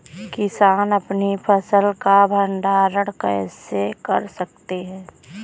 किसान अपनी फसल का भंडारण कैसे कर सकते हैं?